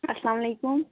اسلام علیکُم